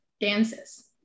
dances